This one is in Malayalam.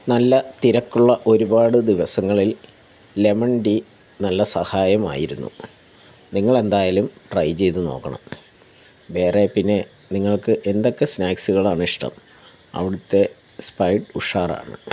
നല്ല തിരക്കുള്ള ഒരുപാട് ദിവസങ്ങളിൽ ലെമൺ ഡി നല്ല സഹായമായിരുന്നു നിങ്ങളെന്തായാലും ട്രൈ ചെയ്ത് നോക്കണം വേറെ പിന്നെ നിങ്ങൾക്ക് എന്തൊക്കെ സ്നാക്സുകളാണ് ഇഷ്ടം അവിടുത്തെ സ്പൈഡ് ഉഷാറാണ്